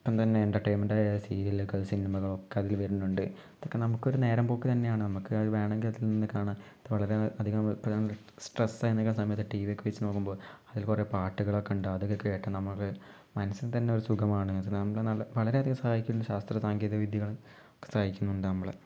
ഇപ്പം തന്നെ എൻ്റർടെയിൻമെൻ്റായ സീരിയല്കൾ സിനിമകൾ ഒക്കെ അതിൽ വരുന്നുണ്ട് ഇതൊക്കെ നമുക്ക് ഒരു നേരമ്പോക്ക് തന്നെയാണ് നമുക്ക് അത് വേണമെങ്കിൽ അതിൽ നിന്ന് കാണാം എപ്പോഴും സ്ട്രെസ് ആയിരിക്കണ സമയത്ത് ടിവി ഒക്കെ വച്ച് നോക്കുമ്പോൾ അതിൽ കുറെ പാട്ടുകളൊക്കെ കണ്ട് അതൊക്കെ കേട്ട് നമ്മൾ മനസിന് തന്നെ ഒരു സുഖമാണ് ഇത് നമ്മളെ നല്ല വളരെ അധികം സഹായിക്കും ഈ ശാസ്ത്ര സാങ്കേതിക വിദ്യകൾ സഹായിക്കുന്നുണ്ട് നമ്മളെ